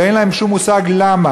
ואין להם שום מושג למה.